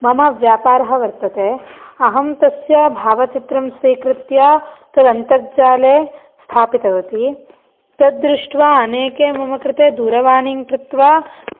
मम व्यापारः वर्तते अहं तस्य भावचित्रं स्वीकृत्य तदन्तर्जाले स्थापितवती तद्दृष्ट्वा अनेके मम कृते दूरवाणीं कृत्वा